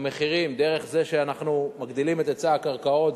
המחירים דרך זה שאנחנו מגדילים את היצע הקרקעות,